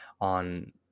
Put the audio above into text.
on